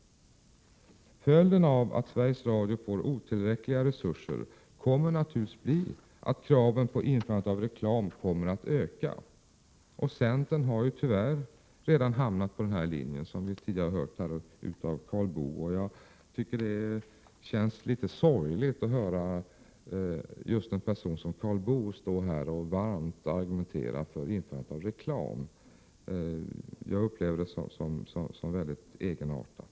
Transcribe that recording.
Följden av att Sveriges Radio får otillräckliga resurser kommer naturligtvis att bli att kraven på införandet av reklam kommer att öka. Centern har, tyvärr, redan hamnat på den linjen, som vi tidigare här har hört av Karl Boo. Det känns litet sorgligt att höra en person som just Karl Boo stå här och varmt argumentera för införandet av reklam. Jag upplever det som mycket egenartat.